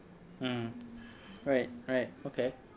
mm right right okay